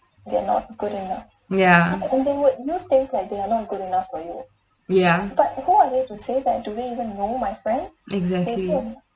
ya ya exactly